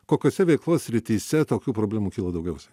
kokiose veiklos srityse tokių problemų kyla daugiausiai